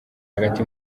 hagati